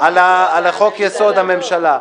על חוק יסוד: הממשלה.